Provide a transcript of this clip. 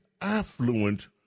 affluent